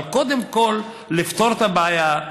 אבל קודם כול לפתור את הבעיה,